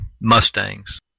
Mustangs